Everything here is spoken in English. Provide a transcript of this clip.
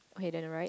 okay then right